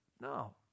No